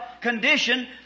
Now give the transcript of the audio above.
condition